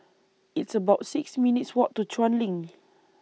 It's about six minutes' Walk to Chuan LINK